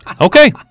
Okay